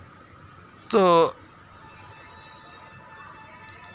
ᱛᱚ